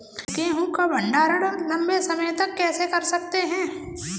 गेहूँ का भण्डारण लंबे समय तक कैसे कर सकते हैं?